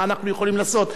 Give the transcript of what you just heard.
מה אנחנו יכולים לעשות,